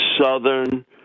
Southern